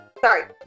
Sorry